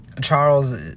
charles